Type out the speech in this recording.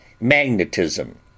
magnetism